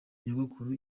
nyogokuru